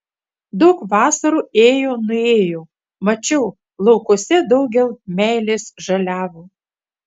daug vasarų ėjo nuėjo mačiau laukuose daugel meilės žaliavo